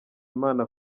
imana